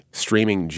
streaming